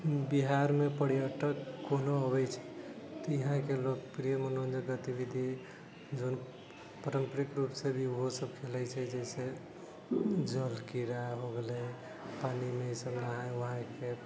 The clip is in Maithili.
बिहारमे पर्यटक कोनो अबै छै तऽ यहाँके लोकप्रिय मनोरञ्जनके गतिविधि जोन पारम्परिक रुपसँ भी ओहो सभ खेलै छै जाहिसे जल क्रीड़ा भऽ गेलै पानिमे सभ नहाय उहायके